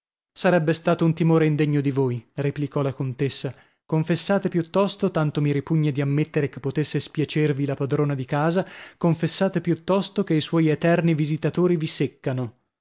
sarebbe stato un timore indegno di voi replicò la contessa confessate piuttosto tanto mi ripugna di ammettere che potesse spiacervi la padrona di casa confessate piuttosto che i suoi eterni visitatori vi seccano